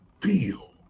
feel